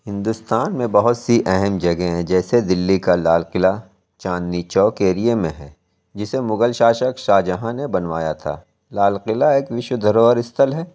ہندوستان میں بہت سی اہم جگہیں ہیں جیسے دلّی کا لال قلعہ چاندنی چوک ایریے میں ہے جسے مغل شاشک شاہ جہاں نے بنوایا تھا لال قلعہ ایک وشو دھروہر استھل ہے